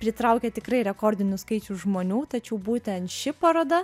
pritraukė tikrai rekordinius skaičius žmonių tačiau būtent ši paroda